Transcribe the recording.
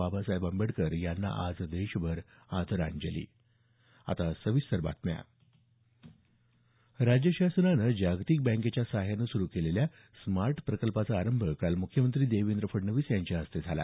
बाबासाहेब आंबेडकर यांना आज देशभर आदरांजली राज्य शासनानं जागतिक बँकेच्या सहाय्यानं सुरु केलेल्या स्मार्ट प्रकल्पाचा आरंभ काल म्ख्यमंत्री देवेंद्र फडणवीस यांच्या हस्ते झाला